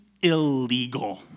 illegal